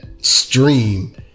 stream